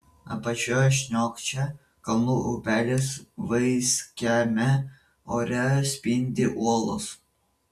apačioje šniokščia kalnų upelis vaiskiame ore spindi uolos